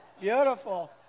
beautiful